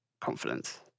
confidence